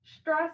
Stress